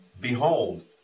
Behold